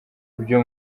byo